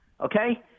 okay